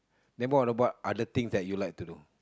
then what about other things that you like to do